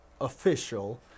official